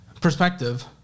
perspective